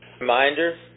Reminder